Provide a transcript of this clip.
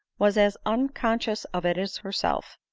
was as unconscious of it as herself.